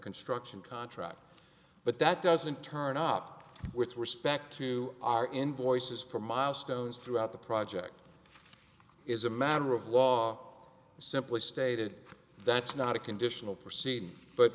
construction contract but that doesn't turn up with respect to our invoices for milestones throughout the project is a matter of law simply stated that's not a conditional proceed but